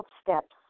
steps